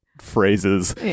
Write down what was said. phrases